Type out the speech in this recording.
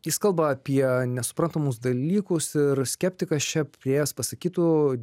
jis kalba apie nesuprantamus dalykus ir skeptikas čia priėjęs pasakytų